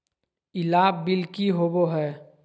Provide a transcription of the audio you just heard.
ई लाभ बिल की होबो हैं?